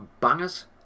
bangers